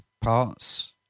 parts